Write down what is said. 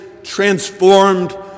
transformed